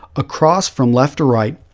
across from left to right,